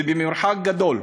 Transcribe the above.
ולמרחק גדול.